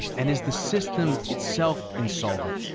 and is the system itself insolvent?